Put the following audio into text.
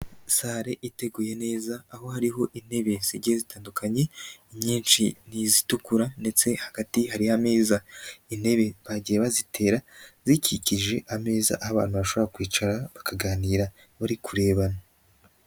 Sale iteguye neza aho hariho intebe zigiye zitandukanye inyinshi n'izitukura ndetse hagati hariho ameza, intebe bagiye bazitera zikikije ameza aho abantu bashobora kwicara bakaganira bari kurebana.